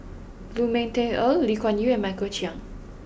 Lu Ming Teh Earl Lee Kuan Yew and Michael Chiang